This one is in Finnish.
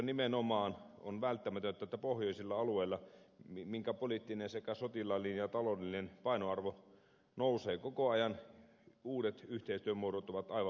nimenomaan puolustusasioissa pohjoisilla alueilla joiden poliittinen sekä sotilaallinen ja taloudellinen painoarvo nousee koko ajan uudet yhteistyömuodot ovat aivan välttämättömiä